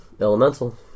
Elemental